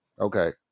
Okay